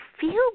feel